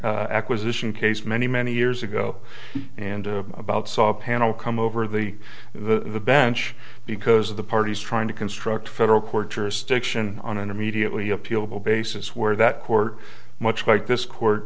acquisition case many many years ago and about saw a panel come over the the bench because of the parties trying to construct a federal court jurisdiction on an immediately appealable basis where that court much like this